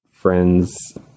friends